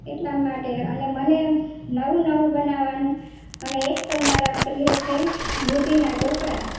એટલા માટે અને મને નવું નવું બનાવવાનું અને એક તો મારા પ્રિય છે દૂધીના ઢોકળા